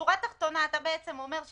השורה התחתונה שאתה אומר,